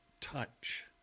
touch